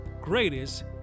Greatest